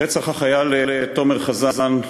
רצח החייל תומר חזן,